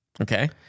Okay